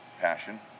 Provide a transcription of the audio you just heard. Passion